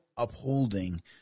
upholding